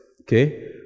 okay